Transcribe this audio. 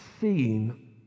seen